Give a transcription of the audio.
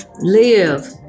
live